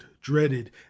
dreaded